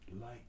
light